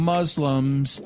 Muslims